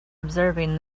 observing